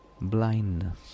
blindness